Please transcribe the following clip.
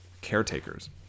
caretakers